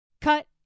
Cut